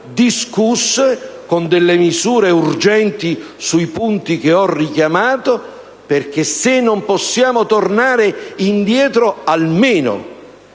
discusse con misure urgenti sui punti che ho richiamato, perché, se non possiamo tornare indietro, almeno